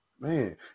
Man